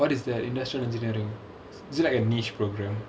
what is that industrial engineering is it like a niche programme